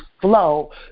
flow